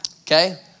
Okay